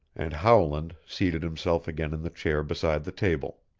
and howland seated himself again in the chair beside the table.